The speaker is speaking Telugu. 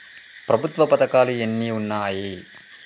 ప్రభుత్వ పథకాలు ఎన్ని ఉన్నాయి?